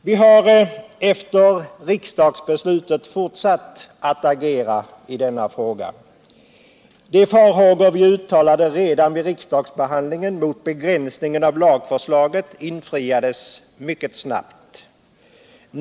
Vi har efter riksdagsbeslutet fortsatt att agera i denna fråga. De farhågor vi uttalade redan vid riksdagsbehandlingen för begränsningen av lagförslaget besannades mycket snabbt.